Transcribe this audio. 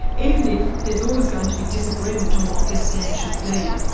even if there's always going to be disagreement on what this stand should be.